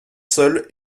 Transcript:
seuls